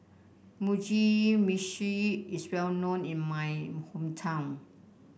Mugi Meshi is well known in my hometown